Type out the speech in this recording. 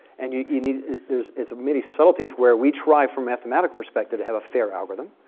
and yeah you know there's many subtleties, where we try from mathematical perspective to have a fair algorithm.